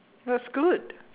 that's good